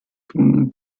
tun